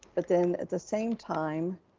but then at the same time,